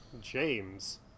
James